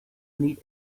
need